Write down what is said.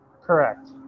correct